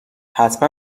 حتما